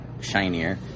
shinier